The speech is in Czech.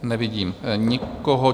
Nevidím nikoho.